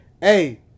hey